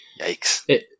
Yikes